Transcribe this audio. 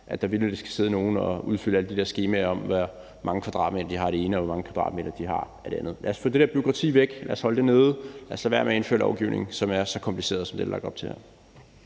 at der vitterlig skal sidde nogen og udfylde alle de her skemaer om, hvor mange kvadratmeter de har af det ene, og hvor mange kvadratmeter de har af det andet. Lad os få det der bureaukrati væk, lad os holde det nede, lad os lade være med at indføre lovgivning, som er så kompliceret, som der er lagt op til her.